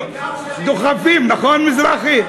שהטחינה, דוחפים, נכון, מזרחי?